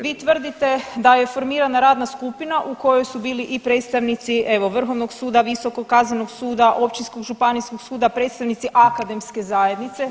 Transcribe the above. Vi tvrdite da je formirana radna skupina u kojoj su bili i predstavnici evo Vrhovnog suda, Visokog kaznenog suda, Općinskog, Županijskog suda, predstavnici akademske zajednice.